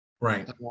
Right